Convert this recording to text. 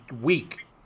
week